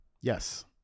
Yes